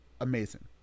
amazing